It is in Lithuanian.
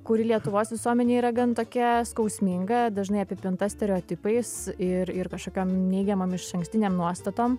kuri lietuvos visuomenėj yra gan tokia skausminga dažnai apipinta stereotipais ir ir kažkokiom neigiamom išankstinėm nuostatom